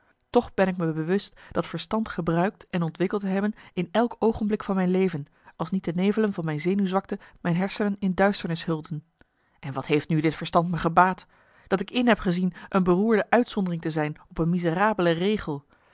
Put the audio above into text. toch ben ik me bewust dat verstand gebruikt en ontwikkeld te hebben in elk oogenblik van mijn leven als niet de nevelen van mijn zenuwzwakte mijn hersenen in duisternis hulden en wat heeft nu dit verstand me gebaat dat ik in heb gezien een beroerde uitzondering te zijn op een miserabele regel